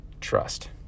trust